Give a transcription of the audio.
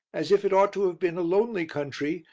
as if it ought to have been a lonely country,